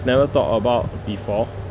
never thought about before